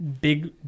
big